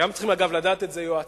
גם צריכים, אגב, לדעת את זה יועציו